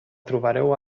trobareu